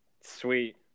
Sweet